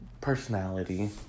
personality